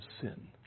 sin